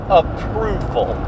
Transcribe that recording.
approval